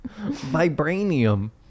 Vibranium